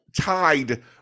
tied